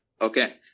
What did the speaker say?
Okay